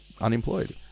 unemployed